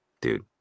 dude